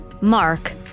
Mark